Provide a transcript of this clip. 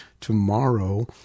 tomorrow